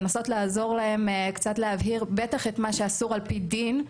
לנסות לעזור להם קצת להבהיר בטח את מה שאסור על פי דין,